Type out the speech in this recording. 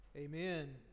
Amen